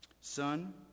Son